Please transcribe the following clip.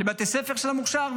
לבתי ספר של המוכש"ר,